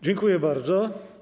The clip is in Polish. Dziękuję bardzo.